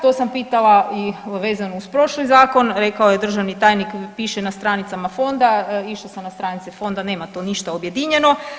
To sam pitala i vezano uz prošli zakon, rekao je državni tajnik piše na stranicama fonda, išla sam na stranice fonda nema to ništa objedinjeno.